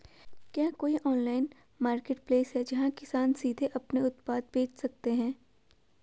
क्या कोई online marketplace है, जहां किसान सीधे अपने उत्पाद बेच सकते हैं?